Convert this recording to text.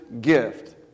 gift